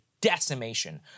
decimation